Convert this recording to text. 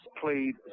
played